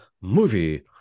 Movie